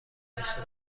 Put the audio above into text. داشته